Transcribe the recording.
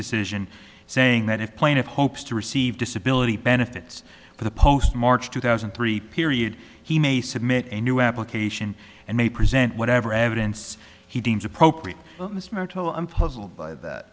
decision saying that if plaintiff hopes to receive disability benefits for the post march two thousand and three period he may submit a new application and may present whatever evidence he deems appropriate i'm puzzled by that